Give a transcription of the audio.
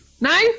No